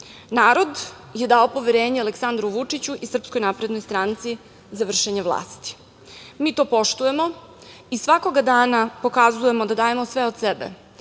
narod je dao poverenje Aleksandru Vučiću i SNS za vršenje vlasti. Mi to poštujemo i svakog dana pokazujemo da dajemo sve od sebe